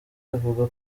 avuga